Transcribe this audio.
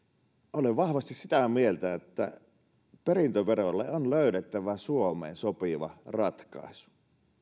olen vahvasti sitä mieltä että perintöverolle on löydettävä suomeen sopiva ratkaisu